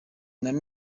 and